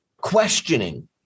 questioning